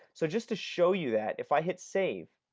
so just to show you that. if i hit save,